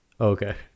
Okay